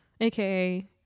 aka